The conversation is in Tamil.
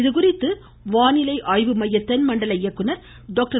இதுகுறித்து வானிலை ஆய்வு மைய தென்மண்டல இயக்குநர் டாக்டர்